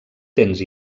dents